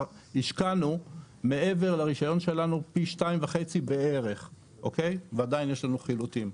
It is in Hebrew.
השקענו מעבר לרישיון שלנו בערך פי 2.5 ועדיין יש לנו חילוטים.